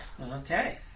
Okay